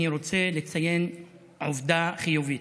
אני רוצה לציין עובדה חיובית.